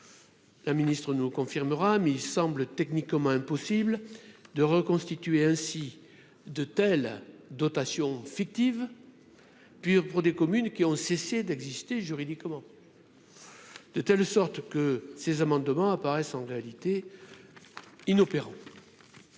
la Ministre nous confirmera, mais il semble techniquement impossible de reconstituer ainsi de telle dotation fictive pur pour des communes qui ont cessé d'exister juridiquement de telle sorte que ces amendements apparaissent en réalité inopérant